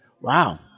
Wow